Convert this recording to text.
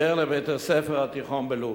אשר לבית-הספר התיכון בלוד,